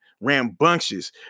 rambunctious